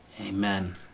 Amen